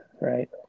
Right